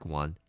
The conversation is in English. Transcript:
one